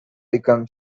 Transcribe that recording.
became